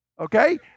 Okay